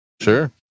Sure